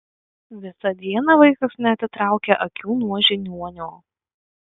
visą dieną vaikas neatitraukė akių nuo žiniuonio